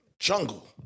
Jungle